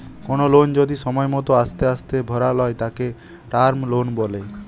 কোনো লোন যদি সময় মতো আস্তে আস্তে ভরালয় তাকে টার্ম লোন বলে